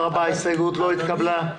ההסדר הזה מדבר על שכירים שחוזרים לשוק התעסוקה.